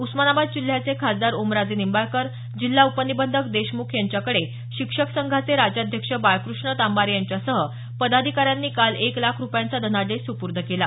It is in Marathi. उस्मानाबाद जिल्ह्याचे खासदार ओमराजे निंबाळकर जिल्हा उपनिबंधक देशमुख यांच्याकडे शिक्षक संघाचे राज्याध्यक्ष बाळकृष्ण तांबारे यांच्यासह पदाधिकाऱ्यांनी काल एक लाख रुपयांचा धनादेश सुपूर्द केला